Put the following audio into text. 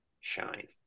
shine